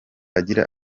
agira